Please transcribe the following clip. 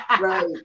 Right